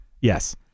Yes